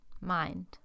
mind